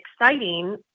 exciting